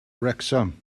wrecsam